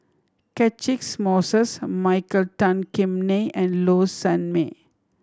Catchick Moses Michael Tan Kim Nei and Low Sanmay